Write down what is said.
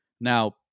Now